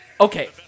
okay